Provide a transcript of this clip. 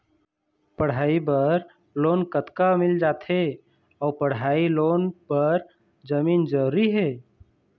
पढ़ई बर लोन कतका मिल जाथे अऊ पढ़ई लोन बर जमीन जरूरी हे?